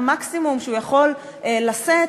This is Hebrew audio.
במקסימום שהוא יכול לשאת,